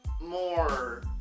more